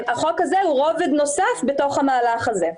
החוק הזה הוא רובד נוסף בתוך המהלך הזה.